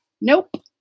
Nope